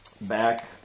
back